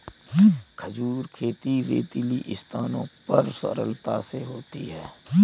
खजूर खेती रेतीली स्थानों पर सरलता से होती है